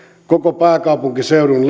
koko pääkaupunkiseudun